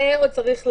על זה עוד צריך לדון.